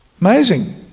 amazing